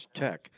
Tech